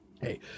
Hey